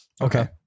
Okay